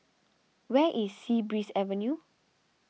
where is Sea Breeze Avenue